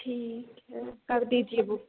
ठीक है कर दीजिए बुक